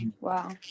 wow